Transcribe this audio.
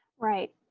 right.